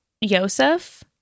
Yosef